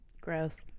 Gross